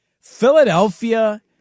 Philadelphia